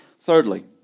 Thirdly